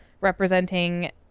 representing